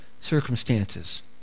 circumstances